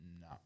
no